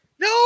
no